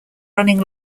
running